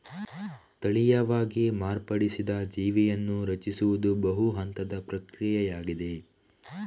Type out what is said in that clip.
ತಳೀಯವಾಗಿ ಮಾರ್ಪಡಿಸಿದ ಜೀವಿಯನ್ನು ರಚಿಸುವುದು ಬಹು ಹಂತದ ಪ್ರಕ್ರಿಯೆಯಾಗಿದೆ